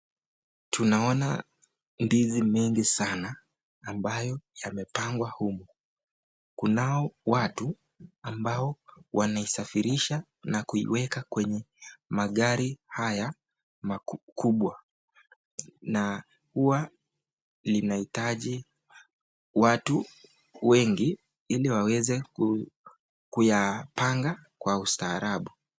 Tunaona ndizi mingi sana ambayo yamepangwa humu. Kunao watu mabao wanaisafirisha na kuiweka kwenye magari haya makubwa, na huwa inahitaji watu wengi ili waweze kuipanga kwa ustaarabu.